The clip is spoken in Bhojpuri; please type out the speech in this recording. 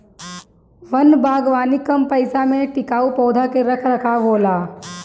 वन बागवानी कम पइसा में टिकाऊ पौधा के रख रखाव होला